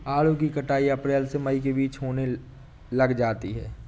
आड़ू की कटाई अप्रैल से मई के बीच होने लग जाती है